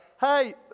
hey